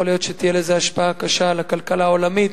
יכול להיות שתהיה לזה השפעה קשה על הכלכלה העולמית.